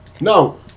no